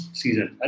season